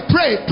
Pray